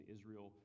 Israel